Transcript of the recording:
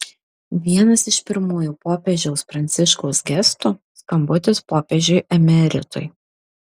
vienas iš pirmųjų popiežiaus pranciškaus gestų skambutis popiežiui emeritui